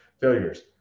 failures